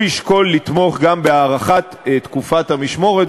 הוא ישקול לתמוך גם בהארכת תקופת המשמורת,